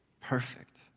perfect